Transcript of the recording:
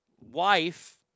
wife